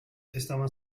estaban